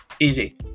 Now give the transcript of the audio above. easy